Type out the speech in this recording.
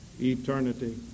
eternity